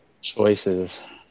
Choices